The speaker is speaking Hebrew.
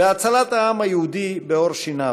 הצלת העם היהודי, בעור שיניו,